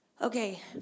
Okay